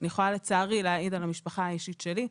אני יכולה לצערי להעיד על המשפחה האישית שלי,